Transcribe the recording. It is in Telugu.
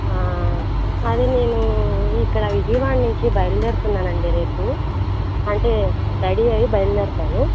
అదే నేను ఇక్కడ విజయవాడ నుంచి బయల్దేరుతున్నానండి రేపు అంటే రెడీ అయ్యి బయల్దేరుతాను